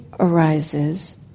arises